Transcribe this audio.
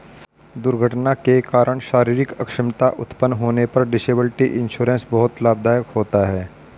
दुर्घटना के कारण शारीरिक अक्षमता उत्पन्न होने पर डिसेबिलिटी इंश्योरेंस बहुत लाभदायक होता है